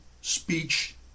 speech